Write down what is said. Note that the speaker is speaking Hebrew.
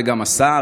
וגם לשר,